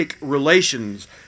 relations